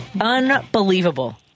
Unbelievable